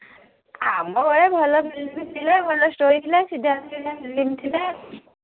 ଆମବେଳେ ଭଲ ଫିଲ୍ମ ଥିଲା ଭଲ ଷ୍ଟୋରୀ ଥିଲା ସିଦ୍ଧାନ୍ତ ଥିଲା